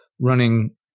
running